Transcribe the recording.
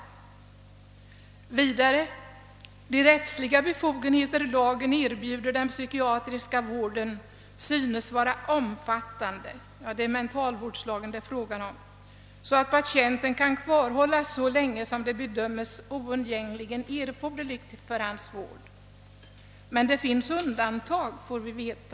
Jag läser vidare: »De rättsliga befogenheter lagen erbjuder för den psykiatriska vården synes vara omfattande» — det är mentalvårdslagen det gäller. Patienten kan kvarhållas så länge som det bedömes oundgängligen erforderligt för hans vård. Men det finns undantag, får vi veta.